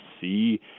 see